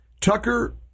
Tucker